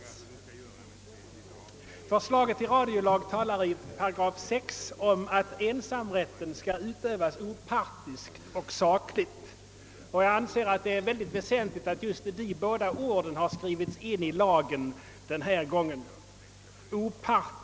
I förslaget till radiolag står det i 8 6, att ensamrätten skall utövas »opartiskt och sakligt», och jag anser att det är synnerligen väsentligt att just dessa ord har skrivits in i lagen.